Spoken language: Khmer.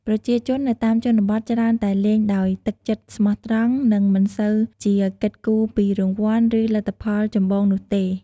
ប្រជាជននៅតាមជនបទច្រើនតែលេងដោយទឹកចិត្តស្មោះត្រង់ និងមិនសូវជាគិតគូរពីរង្វាន់ ឬលទ្ធផលចម្បងនោះទេ។